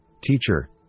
Teacher